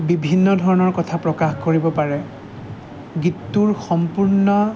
বিভিন্ন ধৰণৰ কথা প্ৰকাশ কৰিব পাৰে গীতটোৰ সম্পূৰ্ণ